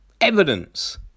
Evidence